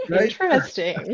Interesting